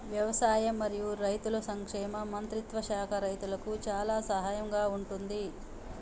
వ్యవసాయం మరియు రైతుల సంక్షేమ మంత్రిత్వ శాఖ రైతులకు చాలా సహాయం గా ఉంటుంది